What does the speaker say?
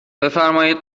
بفرمایید